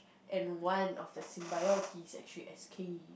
and one of the symbiotic actually escape